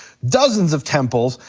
dozens of temples,